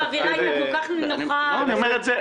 האווירה עד עכשיו הייתה כל כך נינוחה והיה שיתוף פעולה.